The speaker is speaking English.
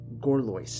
Gorlois